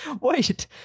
wait